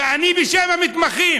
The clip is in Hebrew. ואני אומר בשם המתמחים: